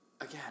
again